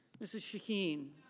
mrs. shaheen.